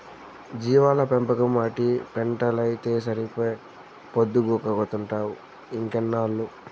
జీవాల పెంపకం, ఆటి పెండలైతేసరికే పొద్దుగూకతంటావ్ ఇంకెన్నేళ్ళు